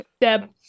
deb